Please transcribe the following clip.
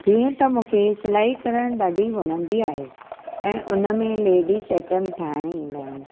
जीअं त मूंखे सिलाई करणु ॾाढी वणंदी आहे ऐं उन में लेडीस ऐटम ठाहिणु ईंदा आहिनि